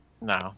No